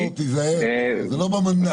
תיזהר, זה לא במנדט.